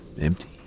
empty